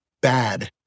bad